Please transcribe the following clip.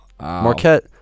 Marquette